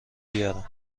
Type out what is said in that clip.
بیارم